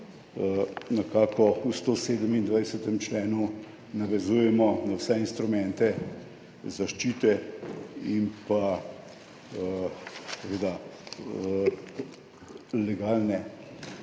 nekako v 127. členu navezujemo na vse instrumente zaščite, legalne